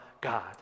God